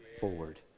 forward